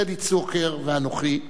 דדי צוקר ואנוכי,